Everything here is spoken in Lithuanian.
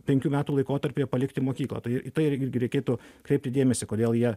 penkių metų laikotarpyje palikti mokyklą tai į tai irgi reikėtų kreipti dėmesį kodėl jie